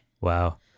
Wow